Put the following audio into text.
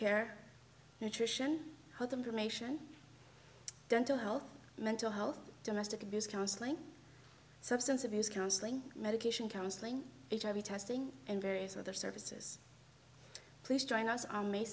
care nutrition for them to mation dental health mental health domestic abuse counseling substance abuse counseling medication counseling hiv testing and various other services please join us on may